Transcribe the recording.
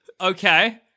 Okay